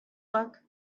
luck